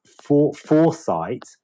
foresight